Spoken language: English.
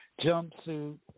jumpsuit